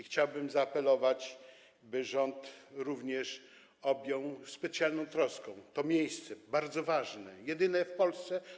Chciałbym zaapelować, by rząd objął specjalną troską to miejsce, bardzo ważne, jedyne w Polsce.